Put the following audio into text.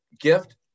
gift